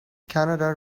canada